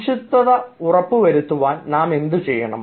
സംക്ഷിപ്തത ഉറപ്പുവരുത്തുവാൻ നാം എന്തു ചെയ്യണം